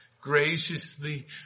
Graciously